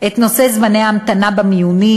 את נושא זמני ההמתנה במיונים,